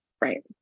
Right